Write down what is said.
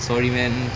sorry man